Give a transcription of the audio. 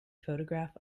photograph